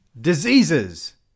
Diseases